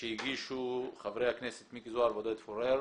שהגישו חברי הכנסת מיקי זוהר ועודד פורר.